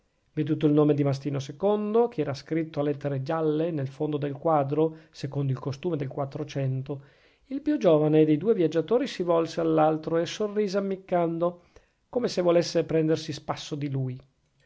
originale veduto il nome di mastino ii che era scritto a lettere gialle nel fondo del quadro secondo il costume del quattrocento il più giovane dei due viaggiatori si volse all'altro e sorrise ammiccando come se volesse prendersi spasso di lui